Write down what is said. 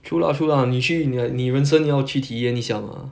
true lah true lah 你去 like 你人生要去体验一下 mah